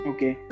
Okay